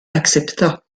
accepta